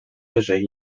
wyżej